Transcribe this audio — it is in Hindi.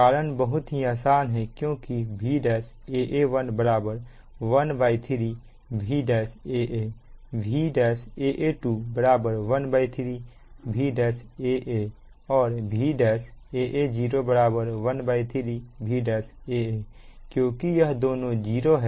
कारण बहुत ही आसान है क्योंकि Vaa11 13 Vaa1 Vaa12 13 Vaa1 और Vaa10 13 Vaa1 क्योंकि यह दोनों 0 है